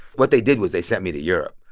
what they did was they sent me to europe.